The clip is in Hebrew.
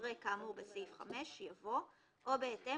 אחרי "כאמור בסעיף 5," יבוא "או בהתאם